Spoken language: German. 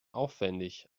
aufwendig